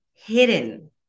hidden